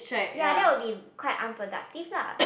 ya that will be quite unproductive lah